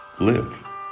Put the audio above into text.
live